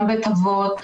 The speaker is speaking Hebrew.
גם בית אבות,